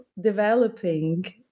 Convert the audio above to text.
developing